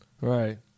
Right